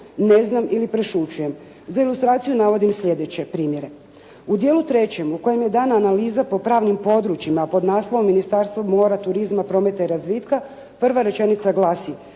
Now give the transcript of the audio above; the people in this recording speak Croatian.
ne znam ili prešućujem. Za ilustraciju navodim sljedeće primjere. U djelu trećem u kojem je dana analiza po pravnim područjima pod naslovom Ministarstvo mora, turizma, prometa i razvitka prva rečenica glasi,